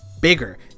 bigger